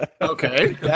Okay